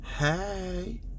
Hey